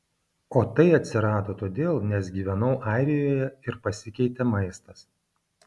o tai atsirado todėl nes gyvenau airijoje ir pasikeitė maistas